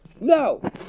no